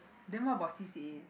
then what about C_C_A